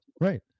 right